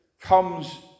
comes